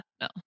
no